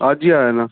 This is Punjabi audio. ਅੱਜ ਹੀ ਆ ਜਾਂਦਾ